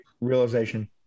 realization